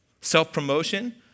Self-promotion